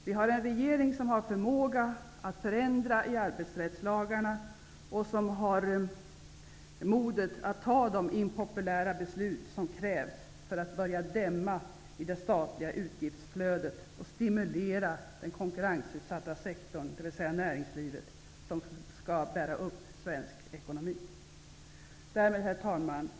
Vi har en regering som har förmåga att förändra i arbetsrättslagarna och som har modet att fatta de impopulära beslut som krävs för att börja dämma i det statliga utgiftsflödet och stimulera den konkurrensutsatta sektorn, dvs. näringslivet, som skall bära upp svensk ekonomi. Herr talman!